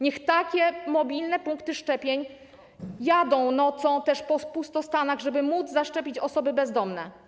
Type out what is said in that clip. Niech takie mobilne punkty szczepień jeżdżą nocą po pustostanach, żeby móc zaszczepić osoby bezdomne.